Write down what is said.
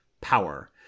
power